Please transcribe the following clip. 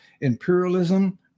imperialism